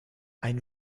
ein